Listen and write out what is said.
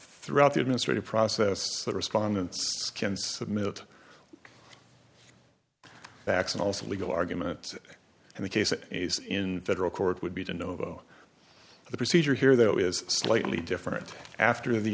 throughout the administrative process that respondents can submit backs and also legal arguments and the case is in federal court would be to know the procedure here though is slightly different after the